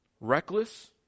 Reckless